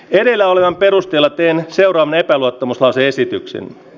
edellä olevan perusteella teen seuraavan epäluottamuslause esityksen